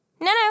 no